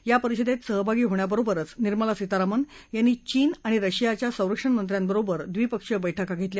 या परिषदेत सहभागी होण्याबरोबरच निर्मला सीतारामन यांनी चीन आणि रशियाच्या संरक्षणमंत्र्याबरोर द्विपक्षीय बैठका घेतल्या